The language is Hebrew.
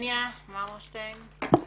הניה מרמורשטיין, על"ה.